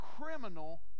criminal